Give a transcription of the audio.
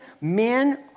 men